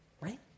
right